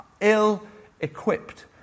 ill-equipped